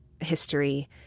history